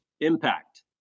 Impact